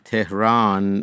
Tehran